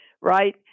right